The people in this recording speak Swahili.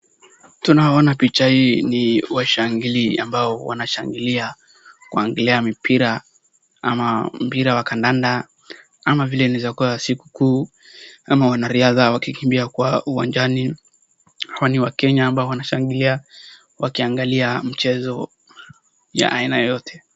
Tunaoona kwa picha hii ni washangili ambao wanashangilia mpira wa kandanda ama vile inaeza kuwa siku kuu ama wanariadha wakikimbia kwa uwanjani kwani wakenya ambao wanashangilia wakiangalia mchezo ya aina yoyote.